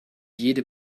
jede